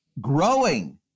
growing